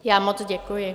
Já moc děkuji.